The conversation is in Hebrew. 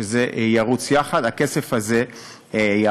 שזה ירוץ יחד, הכסף הזה יעבור.